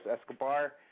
Escobar